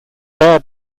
bare